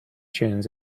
tunes